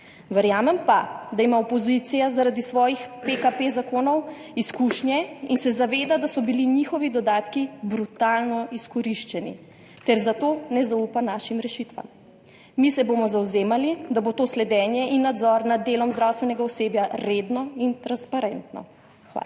Verjamem pa, da ima opozicija zaradi svojih PKP zakonov izkušnje in se zaveda, da so bili njihovi dodatki brutalno izkoriščani, in zato ne zaupa našim rešitvam. Mi se bomo zavzemali, da bo to sledenje in nadzor 16. TRAK: (AJ) 11.15 (nadaljevanje) nad delom zdravstvenega osebja redno in transparentno. Hvala.